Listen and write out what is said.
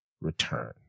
return